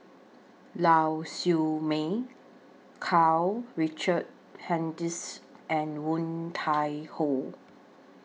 Lau Siew Mei Karl Richard Hanitsch and Woon Tai Ho